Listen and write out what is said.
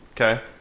Okay